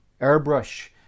airbrush